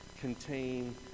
contain